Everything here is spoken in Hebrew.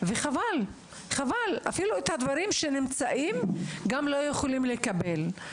וחבל שלא יכולים לקבל את הדברים שאפשר לקבל.